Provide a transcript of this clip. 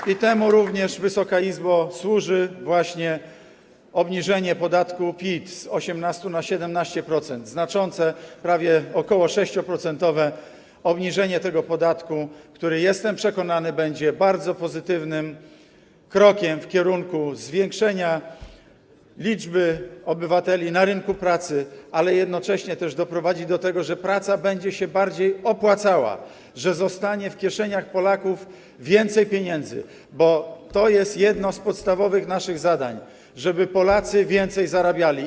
I temu również, Wysoka Izbo, służy właśnie obniżenie podatku PIT z 18% do 17%, znaczące, ok. 6-procentowe obniżenie tego podatku, co - jestem przekonany - będzie bardzo pozytywnym krokiem w kierunku zwiększenia liczby obywateli na rynku pracy, ale jednocześnie też doprowadzi do tego, że praca będzie bardziej się opłacała, że zostanie w kieszeniach Polaków więcej pieniędzy, bo to jest jedno z naszych podstawowych zadań: żeby Polacy więcej zarabiali.